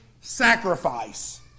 sacrifice